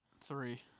three